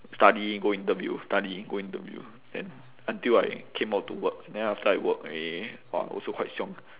study go interview study go interview then until I came out to work then after I work already !wah! also quite 凶